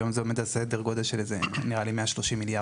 היום זה עומד על סדר גודל של כ-130 מיליארד,